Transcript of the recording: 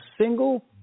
single